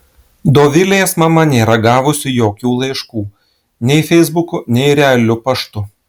dovilės mama nėra gavusi jokių laiškų nei feisbuku nei realiu paštu